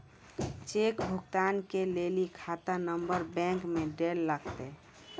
cheque भुगतान के लेली खाता नंबर बैंक मे दैल लागतै